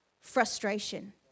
frustration